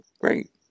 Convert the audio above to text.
Great